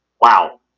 Wow